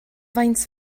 faint